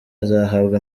azahabwa